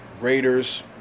Raiders